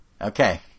Okay